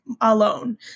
alone